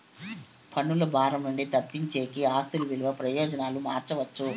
పన్నుల భారం నుండి తప్పించేకి ఆస్తి విలువ ప్రయోజనాలు మార్చవచ్చు